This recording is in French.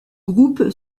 groupe